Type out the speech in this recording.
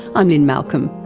i'm lynne malcolm,